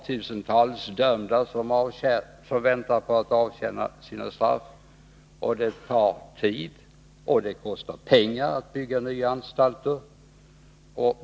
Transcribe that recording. Tusentals dömda väntar på att avtjäna sina straff. Det tar tid, och det kostar pengar att bygga nya anstalter.